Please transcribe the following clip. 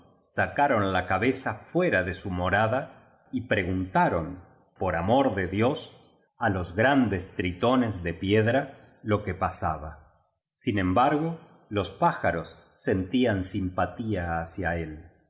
sacaron la cabeza fuera de su morada y preguntaron por amor de dios á los grandes tritones de piedra lo que pasaba sin embargo los pájaros sentían simpatía hacia ól